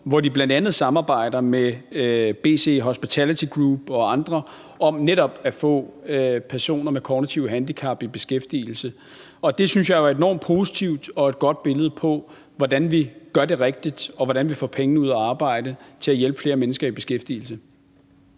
hvor de bl.a. samarbejder med BC Hospitality Group og andre om netop at få personer med kognitive handicap i beskæftigelse. Og det synes jeg jo er enormt positivt og et godt billede på, hvordan vi gør det rigtigt, og hvordan vi får pengene ud at arbejde til at hjælpe flere mennesker i beskæftigelse.